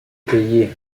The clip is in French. payé